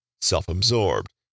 self-absorbed